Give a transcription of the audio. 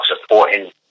supporting